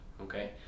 Okay